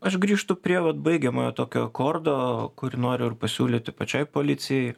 aš grįžtu prie vat baigiamojo tokio akordo kurį noriu ir pasiūlyti pačiai policijai